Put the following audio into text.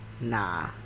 Nah